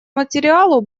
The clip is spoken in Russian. материалу